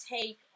take